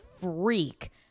freak